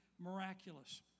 Miraculous